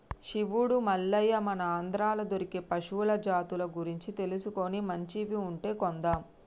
శివుడు మల్లయ్య మన ఆంధ్రాలో దొరికే పశువుల జాతుల గురించి తెలుసుకొని మంచివి ఉంటే కొందాం